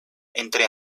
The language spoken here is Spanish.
entre